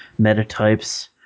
metatypes